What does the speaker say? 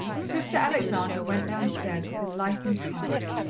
sister alexandra went downstairs with a lightened heart.